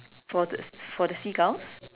for this for the seagulls